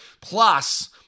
Plus